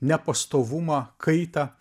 nepastovumą kaitą